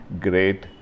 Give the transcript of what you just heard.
great